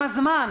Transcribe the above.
מתחיל?